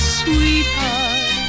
sweetheart